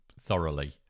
thoroughly